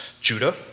Judah